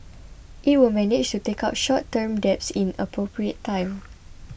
it will manage to take out short term debts in appropriate time